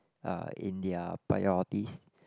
uh in their priorities